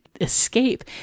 escape